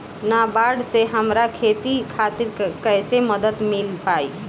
नाबार्ड से हमरा खेती खातिर कैसे मदद मिल पायी?